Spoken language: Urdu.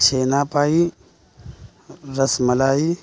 چھینا پائی رس ملائی